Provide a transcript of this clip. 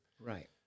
Right